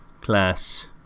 class